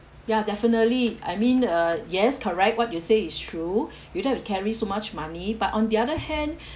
ya definitely I mean uh yes correct what you say is true you don't have to carry so much money but on the other hand